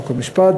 חוק ומשפט,